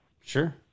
Sure